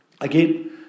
again